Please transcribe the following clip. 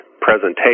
presentation